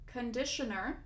Conditioner